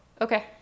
okay